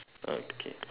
okay